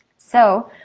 so